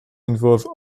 involve